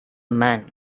man